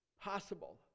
possible